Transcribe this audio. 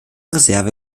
reserve